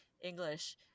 English